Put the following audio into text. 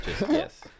Yes